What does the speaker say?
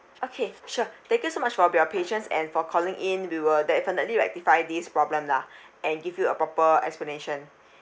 okay sure thank you so much for your patience and for calling in we will definitely rectify this problem lah and give you a proper explanation